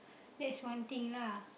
that's one thing lah